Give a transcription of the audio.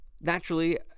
Naturally